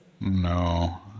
No